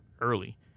early